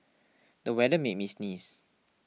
the weather made me sneeze